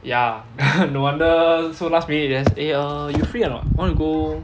ya no wonder so last minute then eh err you free or not want to go